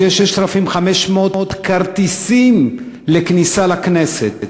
שיש 6,500 כרטיסים לכניסה לכנסת.